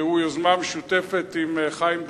והוא יוזמה משותפת עם חיים דיין,